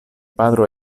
patro